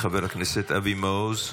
חבר הכנסת אבי מעוז,